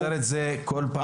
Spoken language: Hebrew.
אתה חוזר על זה בכל ישיבה.